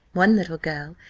one little girl,